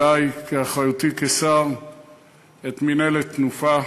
אלי באחריותי כשר, את מינהלת "תנופה".